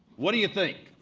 what do you think?